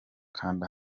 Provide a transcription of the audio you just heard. kanda